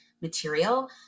material